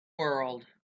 world